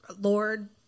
Lord